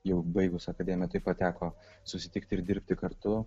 jau baigus akademiją taip pat teko susitikti ir dirbti kartu